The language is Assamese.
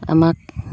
আমাক